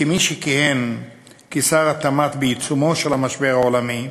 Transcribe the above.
כמי שכיהן כשר התמ"ת בעיצומו של המשבר העולמי,